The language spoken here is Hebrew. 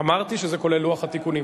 אמרתי שזה כולל לוח התיקונים.